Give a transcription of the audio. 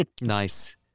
Nice